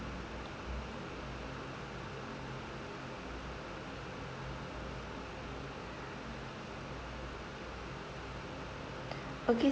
okay